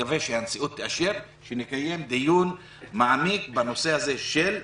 ומקווה שהנשיאות תאשר שנקיים דיון מעמיק בנושא הזה של הבג"צ,